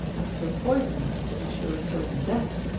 and for a poisoner to ensure certain death,